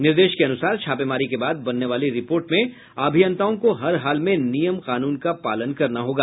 निर्देश के अनुसार छापेमारी के बाद बनने वाली रिपोर्ट में अभियंताओं को हर हाल में नियम कानून का पालन करना होगा